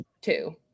two